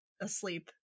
asleep